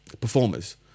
performers